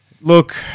look